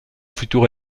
futur